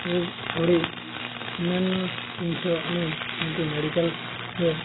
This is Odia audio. ଏଭଳି ଅନ୍ୟାନ୍ୟ ଜିନିଷ ଆମେ ଯେମିତି ମେଡ଼ିକାଲରେ